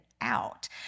out